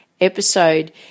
episode